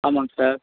ஆமாங்க சார்